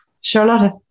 charlotte